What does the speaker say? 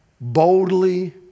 Boldly